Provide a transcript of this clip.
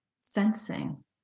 sensing